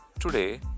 today